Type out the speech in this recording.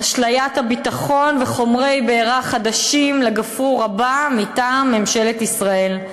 אשליית הביטחון וחומרי בעירה חדשים לגפרור הבא מטעם ממשלת ישראל.